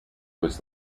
was